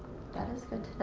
that is good